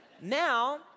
Now